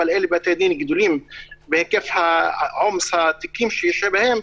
אבל אלה בתי דין גדולים בהיקף עומס התיקים שלהם,